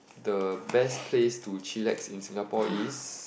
the best place to chillax in Singapore is